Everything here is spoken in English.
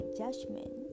judgment